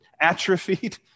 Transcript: atrophied